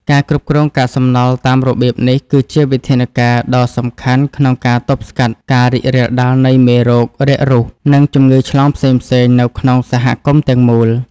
ការគ្រប់គ្រងកាកសំណល់តាមរបៀបនេះ គឺជាវិធានការដ៏សំខាន់ក្នុងការទប់ស្កាត់ការរីករាលដាលនៃមេរោគរាករូស និងជំងឺឆ្លងផ្សេងៗនៅក្នុងសហគមន៍ទាំងមូល។